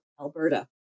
Alberta